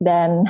Dan